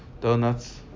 donuts